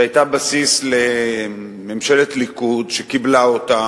שהיתה בסיס לממשלת ליכוד שקיבלה אותה.